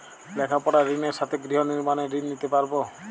লেখাপড়ার ঋণের সাথে গৃহ নির্মাণের ঋণ নিতে পারব?